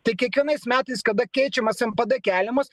tai kiekvienais metais kada keičiamas npd keliamas